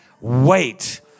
Wait